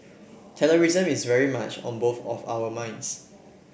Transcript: terrorism is very much on both of our minds